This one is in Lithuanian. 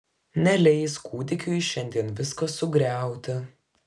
neleis kūdikiui šiandien visko sugriauti